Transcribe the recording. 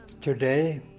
Today